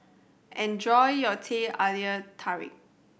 enjoy your Teh Halia Tarik